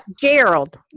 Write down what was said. Gerald